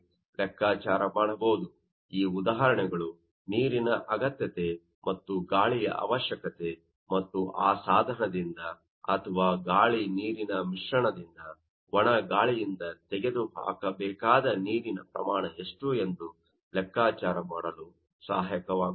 ಆದ್ದರಿಂದ ಈ ಉದಾಹರಣೆಗಳು ನೀರಿನ ಅಗತ್ಯತೆ ಮತ್ತು ಗಾಳಿಯ ಅವಶ್ಯಕತೆ ಮತ್ತು ಆ ಸಾಧನದಿಂದ ಅಥವಾ ಆ ಗಾಳಿ ನೀರಿನ ಮಿಶ್ರಣದಿಂದ ಒಣ ಗಾಳಿಯಿಂದ ತೆಗೆದುಹಾಕಬೇಕಾದ ನೀರಿನ ಪ್ರಮಾಣ ಎಷ್ಟು ಎಂದು ಲೆಕ್ಕಾಚಾರ ಮಾಡಲು ಸಹಾಯಕವಾಗುತ್ತದೆ